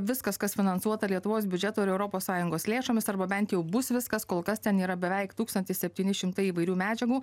viskas kas finansuota lietuvos biudžeto ir europos sąjungos lėšomis arba bent jau bus viskas kol kas ten yra beveik tūkstantis septyni šimtai įvairių medžiagų